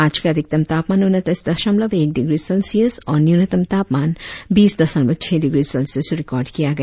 आज का अधिकतम तापमान उनतीस दशमलव एक डिग्री सेल्सियस और न्यूनतम तापमान बीस दशमलव छह डिग्री सेल्सियस रिकार्ड किया गया